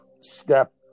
step